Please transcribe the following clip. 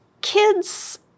kids